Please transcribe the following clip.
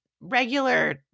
regular